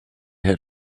had